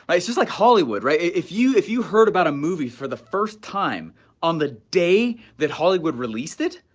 it's just like hollywood, right? if you if you heard about a movie for the first time on the day that hollywood released it,